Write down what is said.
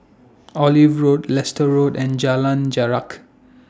Olive Road Leicester Road and Jalan Jarak